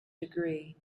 degree